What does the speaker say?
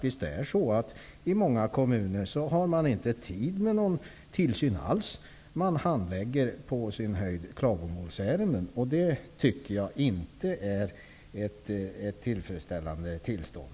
I många kommuner har man inte tid med någon tillsyn alls. Man handlägger på sin höjd klagomålsärenden. Det tycker jag inte är ett tillfredsställande tillstånd.